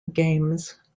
games